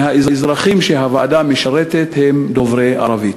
מהאזרחים שהוועדה משרתת הם דוברי ערבית.